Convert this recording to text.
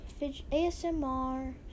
asmr